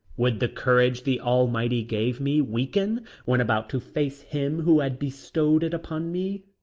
would the courage the almighty gave me weaken when about to face him who had bestowed it upon me?